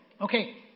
Okay